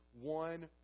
One